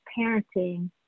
parenting